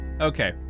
Okay